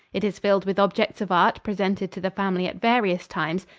it is filled with objects of art presented to the family at various times,